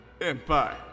empire